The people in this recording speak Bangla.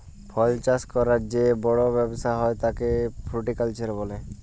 ফল চাষ ক্যরার যে বড় ব্যবসা হ্যয় তাকে ফ্রুটিকালচার বলে